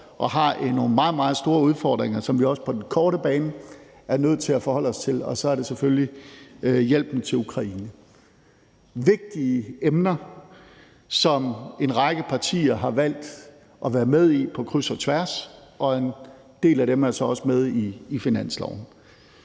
og har nogle meget, meget store udfordringer, som vi også på den korte bane er nødt til at forholde os til, og så er det selvfølgelig hjælpen til Ukraine. Det er vigtige emner, hvor en række partier har valgt at være med på kryds og tværs, og en del af dem er så også med i finansloven.